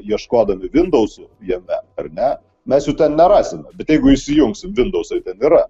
ieškodami vindausų jame ar ne mes jų ten nerasim bet jeigu įsijungsim windausai ten yra